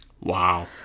Wow